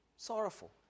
Sorrowful